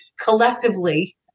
collectively